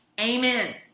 Amen